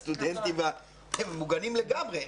הסטודנטים בהם מוגנים לגמרי,